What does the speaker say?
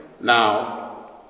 Now